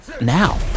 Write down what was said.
now